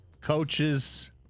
coaches